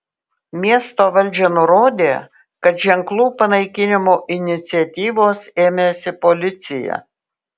miesto valdžia nurodė kad ženklų panaikinimo iniciatyvos ėmėsi policija